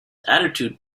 attitude